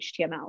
HTML